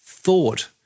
thought